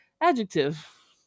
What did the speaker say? adjective